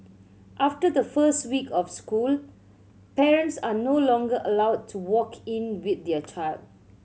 after the first week of school parents are no longer allowed to walk in with their child